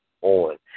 on